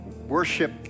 worship